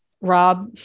Rob